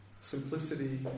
simplicity